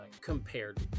compared